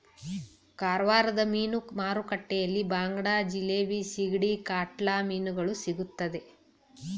ಕಾರವಾರದ ಮೀನು ಮಾರುಕಟ್ಟೆಯಲ್ಲಿ ಬಾಂಗಡ, ಜಿಲೇಬಿ, ಸಿಗಡಿ, ಕಾಟ್ಲಾ ಮೀನುಗಳು ಸಿಗುತ್ತದೆ